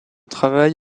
travail